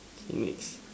teenage